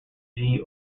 ghee